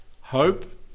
hope